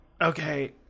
okay